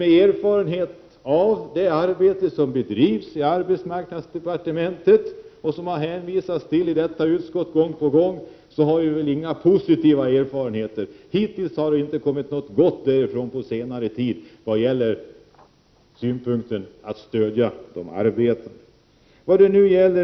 Men av det arbete som bedrivs i arbetsmarknadsdepartementet och som det gång på gång har hänvisats till i detta utskottsbetänkande har vi inga positiva erfarenheter. På senare tid har det inte kommit något gott därifrån när det gäller att stödja de arbetande.